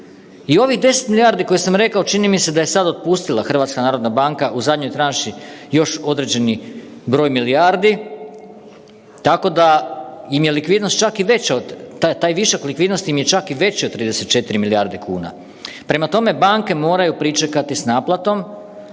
I ovih 10 milijardi koje sam rekao čini mi se da je sada otpustila HNB u zadnjoj tranši još određeni broj milijardi, tako da im je likvidnost čak i veća od, taj višak likvidnosti im je čak i veći od 34 milijarde kuna. Prema tome, banke moraju pričekati s naplatom,